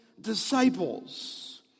disciples